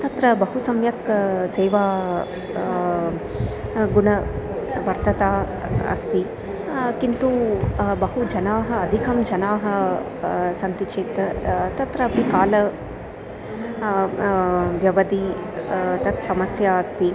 तत्र बहु सम्यक् सेवागुणः वर्तते अस्ति किन्तु बहवः जनाः अधिकं जनाः सन्ति चेत् तत्र अपि कालावधिः तत्समस्या अस्ति